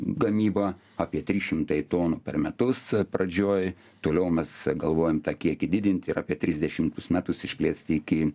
gamyba apie trys šimtai tonų per metus pradžioj toliau mes galvojam tą kiekį didint ir apie trisdešimtus metus išplėsti iki